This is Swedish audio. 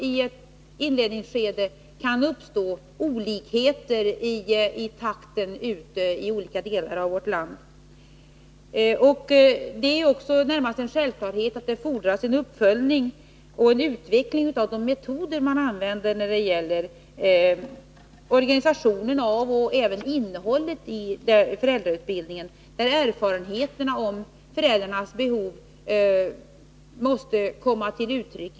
ITett inledningsskede kan det givetvis uppstå olikheter i verksamhetstakten i skilda delar av vårt land. Det är närmast självklart att det fordras en uppföljning och en utveckling av de metoder som används när det gäller organisationen av och innehållet i föräldrautbildningen, där erfarenheterna av föräldrarnas behov måste komma till uttryck.